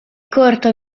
corto